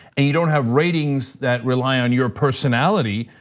and you don't have ratings that rely on your personality,